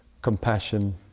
Compassion